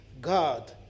God